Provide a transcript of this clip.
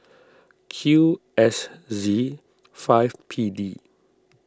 Q S Z five P D